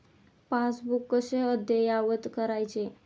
Passbook कसे अद्ययावत करायचे?